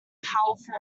powerful